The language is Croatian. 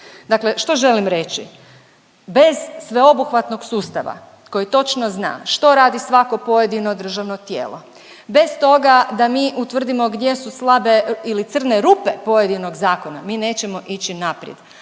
Dakle, što želim reći? Bez sveobuhvatnog sustava koji točno zna što radi svako pojedino državno tijelo, bez toga da mi utvrdimo gdje su slabe ili crne rupe pojedinog zakona mi nećemo ići naprijed.